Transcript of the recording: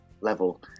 level